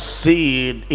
seed